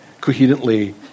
coherently